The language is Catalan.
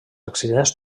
accidents